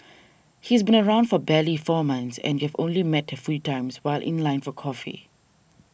he's been around for barely four months and you've only met a few times while in line for coffee